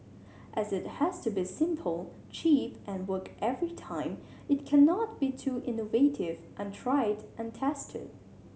as it has to be simple cheap and work every time it cannot be too innovative untried and tested